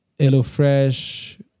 HelloFresh